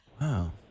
Wow